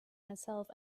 myself